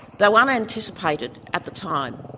though unanticipated at the time,